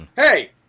Hey